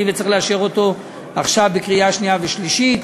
וצריך לאשר אותו עכשיו בקריאה שנייה ושלישית.